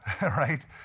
right